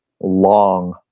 long